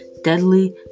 deadly